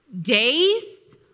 days